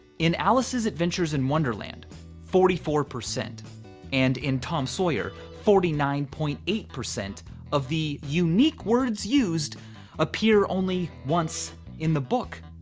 in alice's adventures in wonderland forty four percent and in tom sawyer forty nine point eight of the unique words used appear only once in the book.